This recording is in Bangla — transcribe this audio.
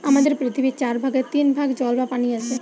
আমাদের পৃথিবীর চার ভাগের তিন ভাগ জল বা পানি আছে